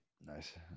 Nice